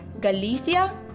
galicia